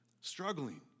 struggling